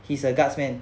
he's a guardsman